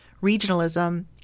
regionalism